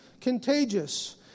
contagious